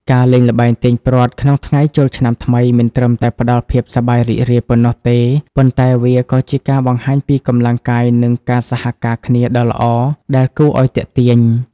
ការលេងល្បែង "ទាញព្រ័ត្រ" ក្នុងថ្ងៃចូលឆ្នាំថ្មី មិនត្រឹមតែផ្ដល់ភាពសប្បាយរីករាយប៉ុណ្ណោះទេ ប៉ុន្តែវាក៏ជាការបង្ហាញពីកម្លាំងកាយ និងការសហការគ្នាដ៏ល្អដែលគួរឱ្យទាក់ទាញ។